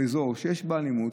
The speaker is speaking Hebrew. באזור שיש בו אלימות,